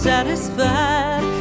satisfied